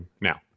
Now